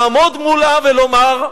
לעמוד מולה ולומר,